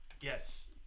Yes